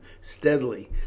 steadily